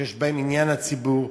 שיש בו עניין לציבור.